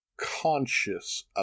conscious